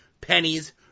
pennies